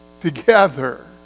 together